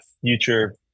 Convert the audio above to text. future